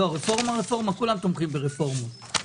כולם תומכים ברפורמות.